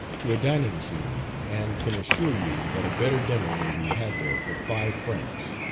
to a dining saloon, and can assure you that a better dinner may be had there for five francs,